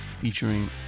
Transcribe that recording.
featuring